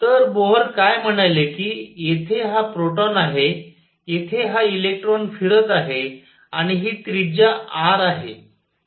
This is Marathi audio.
तर बोहर काय म्हणाले कि येथे हा प्रोटॉन आहे येथे हा इलेक्ट्रॉन फिरत आहे आणि हि त्रिज्या r आहे